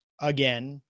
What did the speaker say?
again